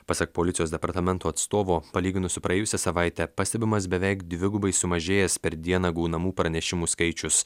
pasak policijos departamento atstovo palyginus su praėjusia savaite pastebimas beveik dvigubai sumažėjęs per dieną gaunamų pranešimų skaičius